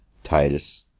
titus,